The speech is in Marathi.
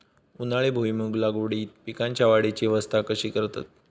उन्हाळी भुईमूग लागवडीत पीकांच्या वाढीची अवस्था कशी करतत?